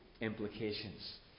implications